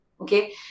Okay